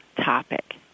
topic